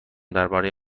درباره